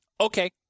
Okay